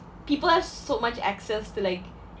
people have so much access to like